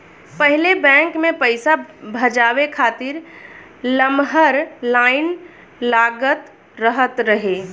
पहिले बैंक में पईसा भजावे खातिर लमहर लाइन लागल रहत रहे